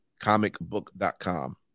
comicbook.com